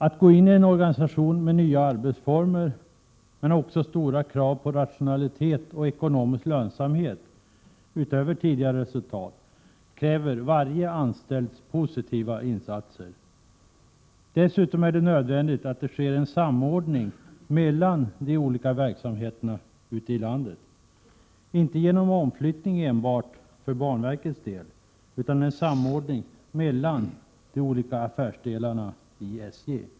Att gå in i en organisation med nya arbetsformer men också med stora krav på rationalitet och ekonomisk lönsamhet utöver tidigare resultat kräver varje anställds positiva insats. Det är dessutom nödvändigt att det sker en samordning mellan de olika verksamheterna ute i landet. Det skall inte ske en omflyttning enbart för banverkets del utan en samordning mellan de olika affärsdelarna i SJ.